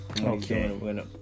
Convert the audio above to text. Okay